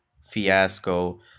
Fiasco